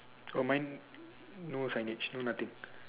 oh mine no signage no nothing